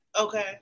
Okay